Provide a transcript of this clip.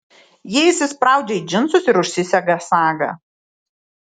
ji įsispraudžia į džinsus ir užsisega sagą